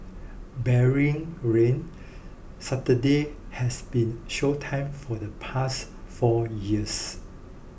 barring rain Saturday has been show time for the past four years